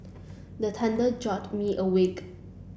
the thunder jolt me awake